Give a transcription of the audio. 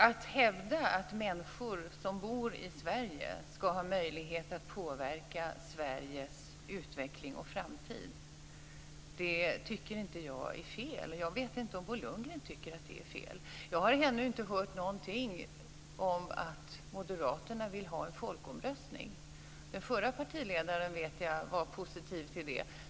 Att hävda att människor som bor i Sverige ska ha möjlighet att påverka Sveriges utveckling och framtid tycker inte jag är fel. Jag vet inte om Bo Lundgren tycker att det är fel. Jag har ännu inte hört någonting om att Moderaterna vill ha en folkomröstning. Den förre partiledaren vet jag var positiv till det.